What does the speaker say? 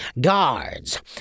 Guards